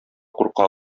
курка